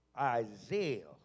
Isaiah